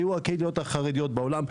היו הקהילות החרדיות בעולם,